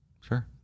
sure